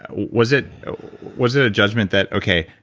ah was it was it a judgment that, okay,